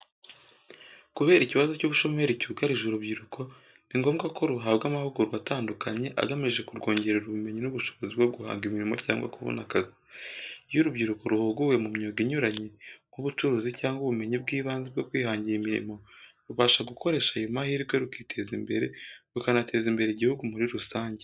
Kubera ikibazo cy'ubushomeri cyugarije urubyiruko, ni ngombwa ko ruhabwa amahugurwa atandukanye agamije kurwongerera ubumenyi n'ubushobozi bwo guhanga imirimo cyangwa kubona akazi. Iyo urubyiruko ruhuguwe mu myuga inyuranye, nk'ubucuruzi cyangwa ubumenyi bw'ibanze bwo kwihangira imirimo, rubasha gukoresha ayo mahirwe rukiteza imbere rukanateza imbere igihugu muri rusange.